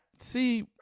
See